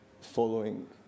following